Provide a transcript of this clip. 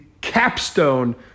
capstone